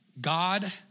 God